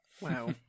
Wow